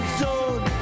zone